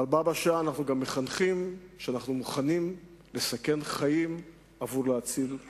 אבל בה בשעה אנחנו מחנכים שאנחנו מוכנים לסכן חיים עבור הצלת